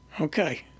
Okay